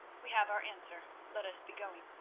we have our answer let us be going.